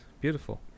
Beautiful